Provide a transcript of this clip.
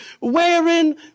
wearing